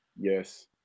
Yes